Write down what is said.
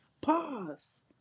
Pause